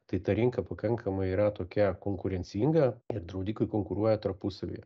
tai ta rinka pakankamai yra tokia konkurencinga ir draudikai konkuruoja tarpusavyje